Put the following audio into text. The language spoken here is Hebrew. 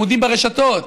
עמודים ברשתות,